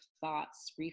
thoughts